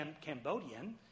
Cambodian